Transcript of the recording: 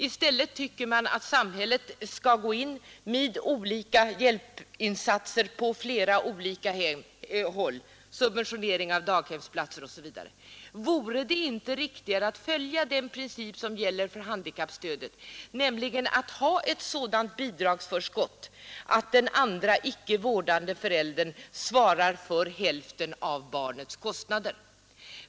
I stället tycker man att samhället skall gå in med olika hjälpinsatser på flera olika håll — subventionering av daghemsplatser osv. Vore det inte riktigare att följa den princip som gäller för handikappstödet, nämligen att föreskriva ett sådant bidragsförskott att den icke vårdande föräldern svarar för hälften av barnkostnaden?